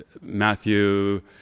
Matthew